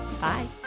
Bye